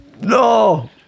No